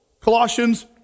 Colossians